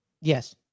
Yes